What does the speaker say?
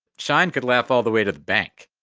schein could laugh all the way to the bank.